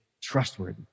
trustworthy